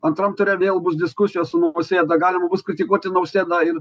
antram ture vėl bus diskusijos su nausėda galima bus kritikuoti nausėdą ir